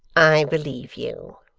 i believe you.